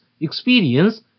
experience